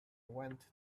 went